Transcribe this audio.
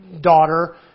daughter